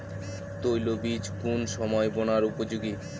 তৈল বীজ কোন সময় বোনার উপযোগী?